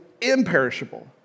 imperishable